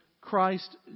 Christ